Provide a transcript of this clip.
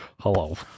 Hello